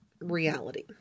reality